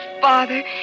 Father